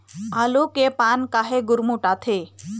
आलू के पान काहे गुरमुटाथे?